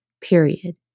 period